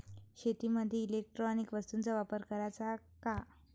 शेतीमंदी इलेक्ट्रॉनिक वस्तूचा वापर कराचा का?